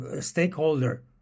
stakeholder